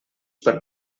per